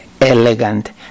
elegant